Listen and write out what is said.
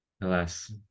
Alas